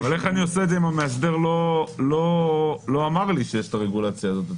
אבל איך אני עושה את זה אם המאסדר לא אמר לי שיש את הרגולציה הזאת?